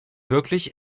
wirklich